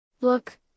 Look